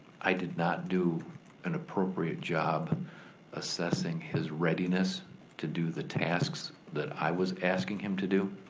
i did not do an appropriate job assessing his readiness to do the tasks that i was asking him to do.